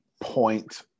point